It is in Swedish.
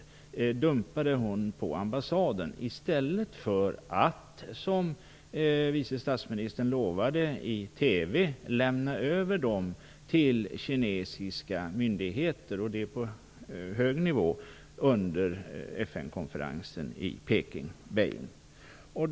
Detta dumpade hon på ambassaden i stället för att, som vice statsministern lovade i TV, lämna över dem till kinesiska myndigheter, och det på hög nivå, under FN-konferensen i Peking.